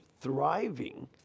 thriving